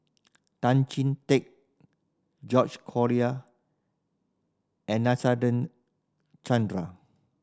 Tan Chee Teck George Collyer and Chandra